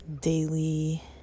daily